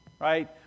right